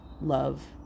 love